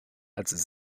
als